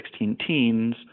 16-teens